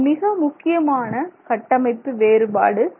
இது மிக முக்கியமான கட்டமைப்பு வேறுபாடு